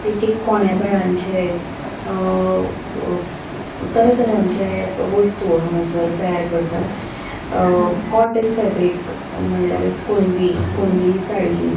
तेची कोण्या बेळांचे तरातरांचे वस्तू हांगासर तयार करतात कॉटन फॅब्रीक म्हणल्यारच कुणबी कुणबी साडीन